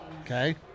Okay